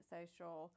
social